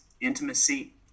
intimacy